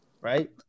right